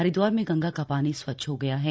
हरिद्वार में गंगा का पानी स्वच्छ हो गया है